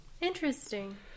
Interesting